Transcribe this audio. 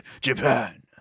Japan